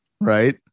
right